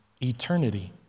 eternity